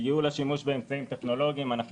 ייעול השימוש באמצעים טכנולוגיים אנחנו